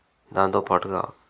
దాంతో పాటుగా